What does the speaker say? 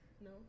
No